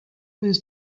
was